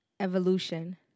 Evolution